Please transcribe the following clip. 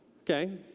Okay